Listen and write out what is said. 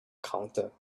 counter